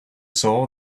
saw